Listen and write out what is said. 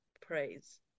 praise